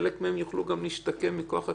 חלק מהם יוכלו גם להשתקם בכוח עצמם,